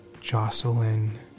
Jocelyn